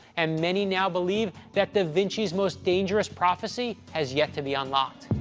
and many now believe that da vinci's most dangerous prophecy has yet to be unlocked.